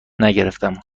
نگرفتم